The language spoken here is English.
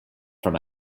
from